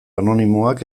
anonimoak